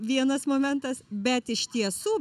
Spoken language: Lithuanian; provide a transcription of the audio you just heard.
vienas momentas bet iš tiesų